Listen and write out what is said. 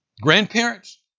grandparents